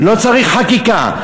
לא צריך חקיקה,